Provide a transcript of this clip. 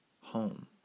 home